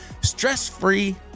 stress-free